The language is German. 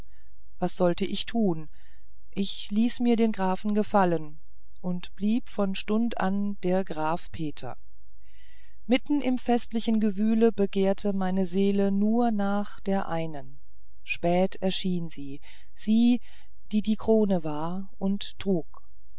was sollt ich tun ich ließ mir den grafen gefallen und blieb von stund an der graf peter mitten im festlichen gewühle begehrte meine seele nur nach der einen spät erschien sie sie die die krone war und trug